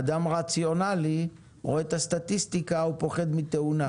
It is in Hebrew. אדם רציונאלי הוא רואה את הסטטיסטיקה הוא פוחד מתאונה.